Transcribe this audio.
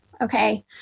Okay